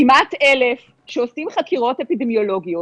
כמעט אלף שעושים חקירות אפידמיולוגיות.